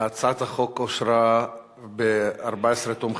ההצעה להעביר את הצעת חוק בתי-קברות צבאיים (תיקון מס' 4),